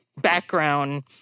background